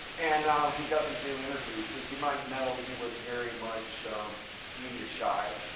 and he doesn't do interviews. as you might know, he was very much media shy.